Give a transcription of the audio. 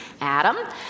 Adam